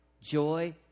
joy